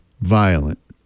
violent